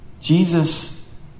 Jesus